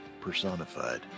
personified